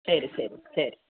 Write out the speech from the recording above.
ശരി ശരി ശരി